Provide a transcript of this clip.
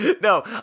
No